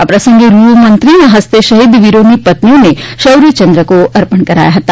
આ પ્રસંગે ગૃહમંત્રીના હસ્તે શહીદ વીરોની પત્નીઓને શૌર્ય ચંદ્રકો અર્પણ કરાયા હતા